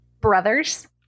Brothers